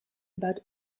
about